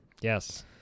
yes